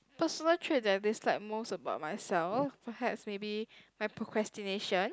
personal trait that I dislike most about my self perhaps maybe my procrastination